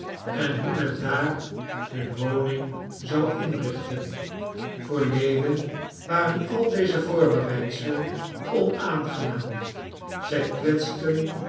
en hoe men daar hun woning zou inrichten voor lewin waren al deze voorbereidselen onaangenaam zij kwetsten